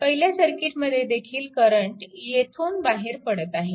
पहिल्या सर्किटमध्येदेखील करंट येथून बाहेर पडत आहे